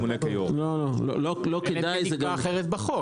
לא יכול לבוא ולייצר חסם שהוא לא ימונה כיו"ר.